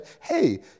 hey